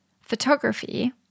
Photography